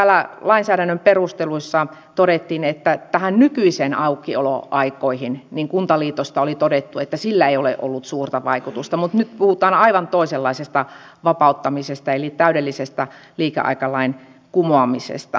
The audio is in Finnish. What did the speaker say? täällä lainsäädännön perusteluissa todettiin että mitä tulee näihin nykyisiin aukioloaikoihin niin kuntaliitosta oli todettu että niillä ei ole ollut suurta vaikutusta mutta nyt puhutaan aivan toisenlaisesta vapauttamisesta eli täydellisestä liikeaikalain kumoamisesta